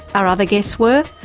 our other guests were,